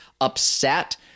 upset